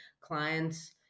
clients